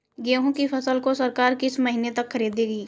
गेहूँ की फसल को सरकार किस महीने तक खरीदेगी?